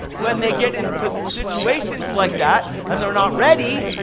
when they get into situations like that and they're not ready,